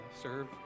serve